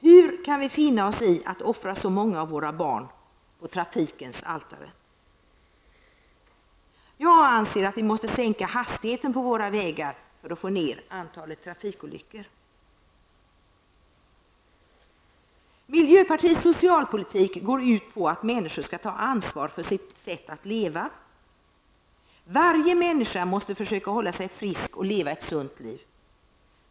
Hur kan vi finna oss i att offra så många av våra barn på trafikens altare? Jag anser att vi måste sänka hastigheten på våra vägar för att få ned antalet trafikolyckor. Miljöpartiets socialpolitik går ut på att människor skall ta ansvar för sitt sätt att leva. Varje människa måste försöka hålla sig frisk och leva ett sunt liv.